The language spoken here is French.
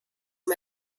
aux